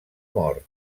mort